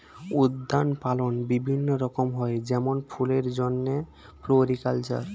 উদ্যান পালন বিভিন্ন রকম হয় যেমন ফুলের জন্যে ফ্লোরিকালচার